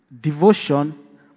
devotion